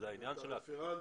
וגם את הרפרנט